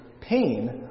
pain